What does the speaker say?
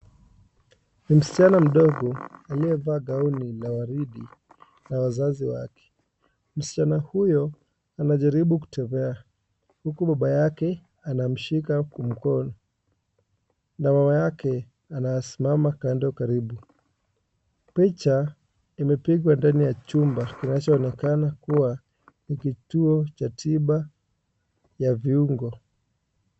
Msichana mdogo aliyevaa gauni la waridi na wazazi wake. Msichana huyo anajaribu kutembea huku baba yake anamshika kwa mkono na mama yake anasimama kando karibu. Picha kimepigwa ndani ya chumba kinachoonekana kuwa ni kituo cha tiba ya viungo.